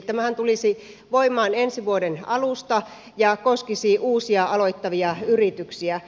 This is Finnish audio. tämähän tulisi voimaan ensi vuoden alusta ja koskisi uusia aloittavia yrityksiä